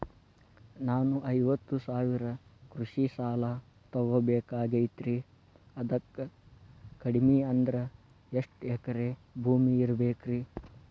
ನಾನು ಐವತ್ತು ಸಾವಿರ ಕೃಷಿ ಸಾಲಾ ತೊಗೋಬೇಕಾಗೈತ್ರಿ ಅದಕ್ ಕಡಿಮಿ ಅಂದ್ರ ಎಷ್ಟ ಎಕರೆ ಭೂಮಿ ಇರಬೇಕ್ರಿ?